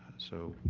so,